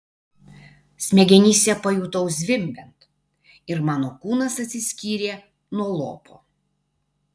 smegenyse pajutau zvimbiant ir mano kūnas atsiskyrė nuo lopo